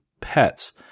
pets